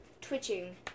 twitching